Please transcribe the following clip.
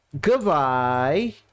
goodbye